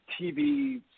TV